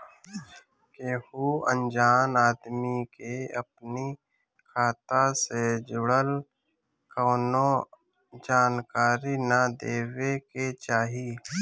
केहू अनजान आदमी के अपनी खाता से जुड़ल कवनो जानकारी ना देवे के चाही